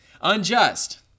Unjust